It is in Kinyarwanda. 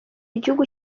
igihugu